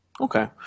Okay